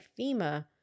FEMA